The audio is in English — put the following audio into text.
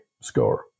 score